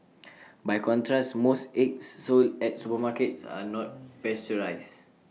by contrast most eggs sold at supermarkets are not pasteurised